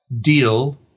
deal